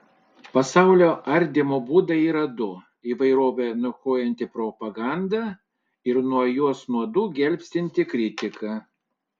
pasaulio ardymo būdai yra du įvairovę niokojanti propaganda ir nuo jos nuodų gelbstinti kritika